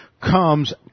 comes